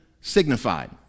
signified